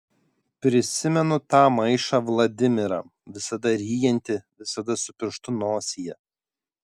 prisimenu tą maišą vladimirą visada ryjantį visada su pirštu nosyje